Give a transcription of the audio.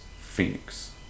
Phoenix